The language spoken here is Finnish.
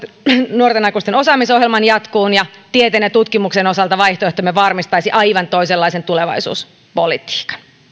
nuorten aikuisten osaamisohjelman jatkoon ja tieteen ja tutkimuksen osalta vaihtoehtomme varmistaisi aivan toisenlaisen tulevaisuuspolitiikan